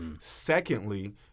Secondly